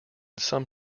some